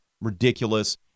ridiculous